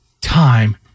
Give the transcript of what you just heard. Time